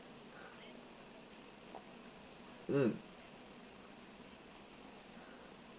mm